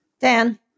Dan